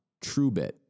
TrueBit